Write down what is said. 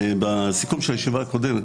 בסיכום של הישיבה הקודמת,